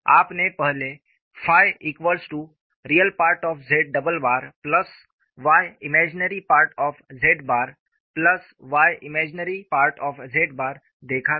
आपने पहले ReZyIm ZyIm Z देखा था